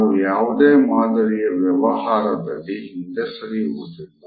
ಹಾಗು ಯಾವುದೇ ಮಾದರಿಯ ವ್ಯವಹಾರದಲ್ಲಿ ಹಿಂದೆ ಸರಿಯುವುದಿಲ್ಲ